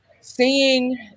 seeing